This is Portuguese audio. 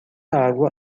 água